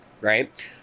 Right